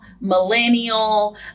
millennial